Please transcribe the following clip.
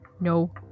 No